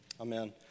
Amen